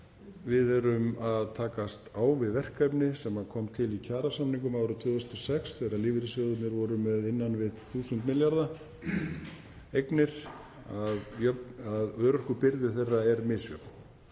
við erum að takast á við verkefni sem kom til í kjarasamningum árið 2006 þegar lífeyrissjóðirnir voru með innan við 1.000 milljarða eignir, þ.e. að örorkubyrði þeirra er misjöfn.